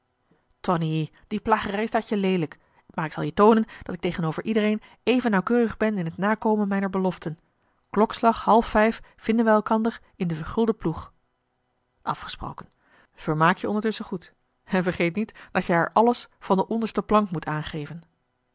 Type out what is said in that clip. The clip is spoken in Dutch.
tonie die plagerij staat je leelijk maar ik zal je toonen dat ik tegenover iedereen even nauwkeurig ben in het nakomen mijner beloften klokslag half vijf vinden wij elkander n den vergulden ploeg afgesproken vermaak je ondertusschen goed en vergeet niet dat je haar alles van de onderste plank moet aangeven